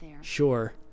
Sure